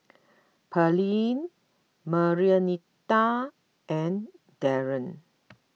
Pearline Marianita and Darren